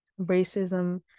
racism